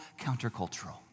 countercultural